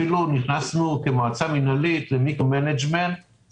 אפילו נכנסנו כמועצה מינהלית למיקרו מנג'מנט עם